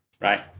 right